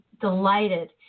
delighted